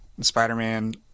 Spider-Man